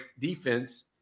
defense